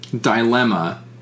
dilemma